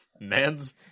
Man's